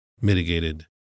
mitigated